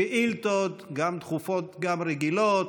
שאילתות, גם דחופות וגם רגילות,